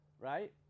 right